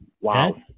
Wow